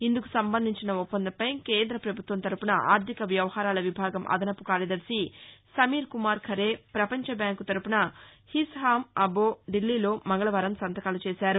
ఇందుకు సంబంధించిన ఒప్పందంపై కేంద ప్రభుత్వం తరపున ఆర్దిక వ్యవహారాల విభాగం అదనపు కార్యదర్శి సమీర్కుమార్ ఖరే పపంచ బ్యాంకు తరఫున హిస్ హామ్ అబ్డొ దిబ్లీలో మంగళవారం సంతకాలు చేశారు